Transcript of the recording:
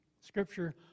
Scripture